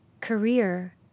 career